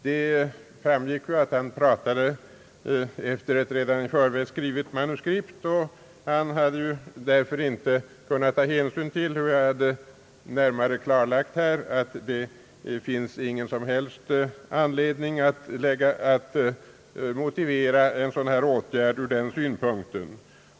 Det framgick av hans anförande att han talade efter ett i förväg skrivet manuskript. Han kunde därför inte ta hänsyn till att jag här har klargjort att det inte finns någon som helst anledning till en sådan motivering.